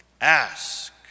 Ask